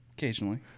Occasionally